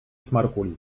smarkuli